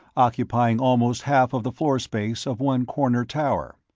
occupying almost half of the floor space of one corner tower.